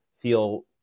feel